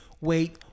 wait